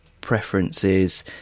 preferences